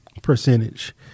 Percentage